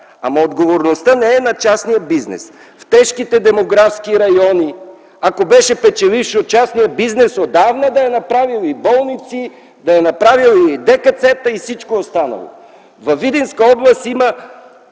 Ама отговорността не е на частния бизнес. В тежките демографски райони, ако беше печелившо, частният бизнес отдавна да е направил и болници, да е направил и ДКЦ-та, и всичко останало. Във Видинска област има